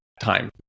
time